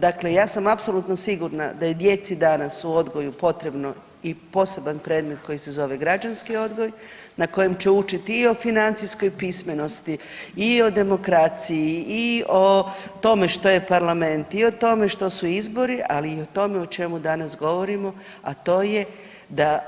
Dakle, ja sam apsolutno sigurna da je djeci danas u odgoju potrebno i poseban predmet koji se zove građanski odgoj na kojem će učiti i o financijskoj pismenosti i o demokraciji i o tome što je parlament i o tome što su izbori, ali i o tome o čemu danas govorimo, a to je da